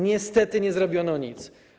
Niestety nie zrobiono nic.